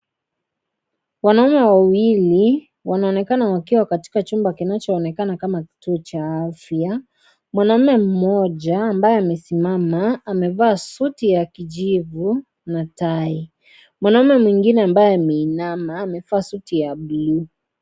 Wanaume wawili wanaonekana wakiwa katika chumba kinachoonekana kama kituo cha afya. Mwanaume mmoja ambaye amesimama amevaa suti ya kijivu na tai. Mwanaume mwingine ambaye ameinama, amevaa suti ya buluu.